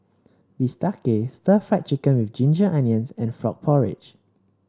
Bistake Stir Fry Chicken with Ginger Onions and Frog Porridge